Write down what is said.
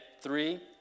Three